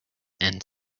and